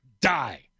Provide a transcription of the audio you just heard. die